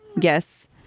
Yes